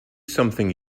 something